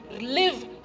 live